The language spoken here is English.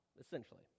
essentially